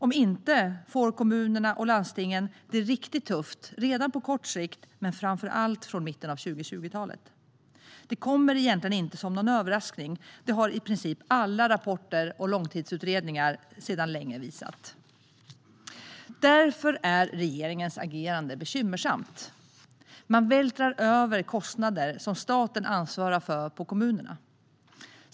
Om inte får kommunerna och landstingen det riktigt tufft redan på kort sikt men framför allt från mitten av 2020-talet. Det kommer egentligen inte som någon överraskning; det har i princip alla rapporter och långtidsutredningar sedan länge visat. Därför är regeringens agerande bekymmersamt. Man vältrar över kostnader som staten ansvarar för på kommunerna.